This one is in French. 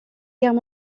guerre